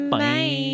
Bye